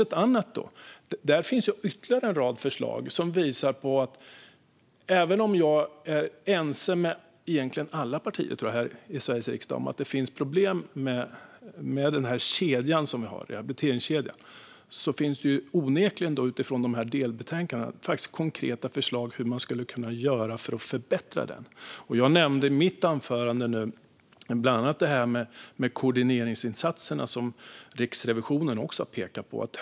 Jag är ense med alla partier här i Sveriges riksdag, tror jag, om att det finns problem med den rehabiliteringskedja som vi har. I de här delbetänkandena finns det onekligen konkreta förslag på vad man skulle kunna göra för att förbättra den. Jag nämnde i mitt huvudanförande bland annat det här med koordineringsinsatserna, som Riksrevisionen också har pekat på.